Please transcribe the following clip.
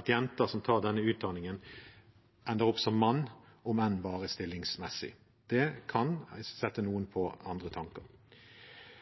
at jenter som tar denne utdanningen, ender opp som mann, om enn bare stillingsmessig. Det kan sette noen på andre tanker. Jeg vil også knytte noen